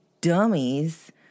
dummies